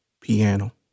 piano